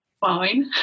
fine